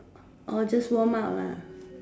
just warm up